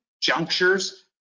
junctures